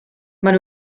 maen